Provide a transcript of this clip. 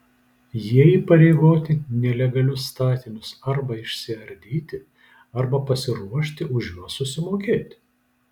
jie įpareigoti nelegalius statinius arba išsiardyti arba pasiruošti už juos susimokėti